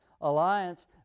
alliance